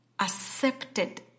accepted